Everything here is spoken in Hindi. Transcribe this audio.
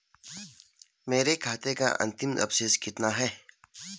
मेरे खाते का अंतिम अवशेष कितना है?